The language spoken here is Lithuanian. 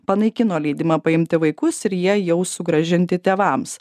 panaikino leidimą paimti vaikus ir jie jau sugrąžinti tėvams